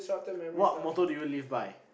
what motto do you live by